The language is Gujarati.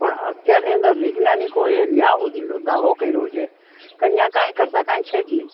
પણ અત્યારની અંદર વૈજ્ઞાનિકોએ ત્યાં સુધીનો દાવો કર્યો છે કે ત્યાં કરતાં કંઈ છે જ નહીં